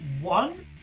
one